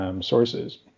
sources